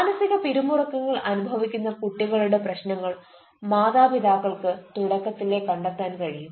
മാനസിക പിരിമുറുക്കങ്ങൾ അനുഭവിക്കുന്ന കുട്ടികളുടെ പ്രശ്നങ്ങൾ മാതാപിതാക്കൾക്ക് തുടക്കത്തിലേ കണ്ടെത്താൻ കഴിയും